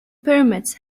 pyramids